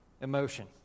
emotion